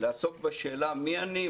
לעסוק בשאלה מי אני,